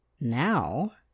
now